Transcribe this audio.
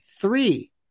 Three